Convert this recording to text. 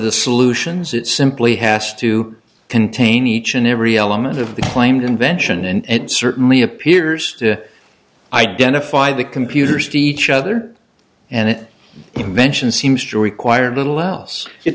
the solutions it simply has to contain each and every element of the claimed invention and certainly appears to identify the computers to each other and it invention seems to require little else it